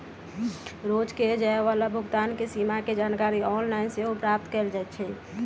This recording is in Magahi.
रोज कये जाय वला भुगतान के सीमा के जानकारी ऑनलाइन सेहो प्राप्त कएल जा सकइ छै